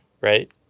Right